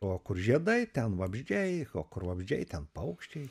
o kur žiedai ten vabzdžiai o kur vabzdžiai ten paukščiai